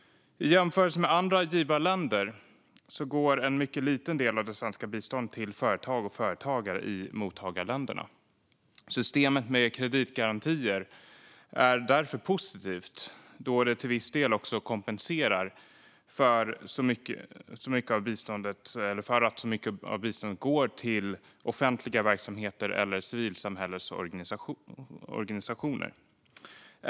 I jämförelse med andra givarländer går en mycket liten del av det svenska biståndet till företag och företagare i mottagarländerna. Systemet med kreditgarantier är därför positivt, då det till viss del kompenserar för att så mycket av biståndet går till offentliga verksamheter eller civilsamhällesorganisationer.